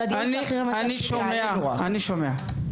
זה הדיון --- אני שומע, אני שומע.